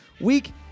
week